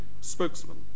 spokesman